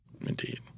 Indeed